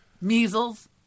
Measles